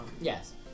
Yes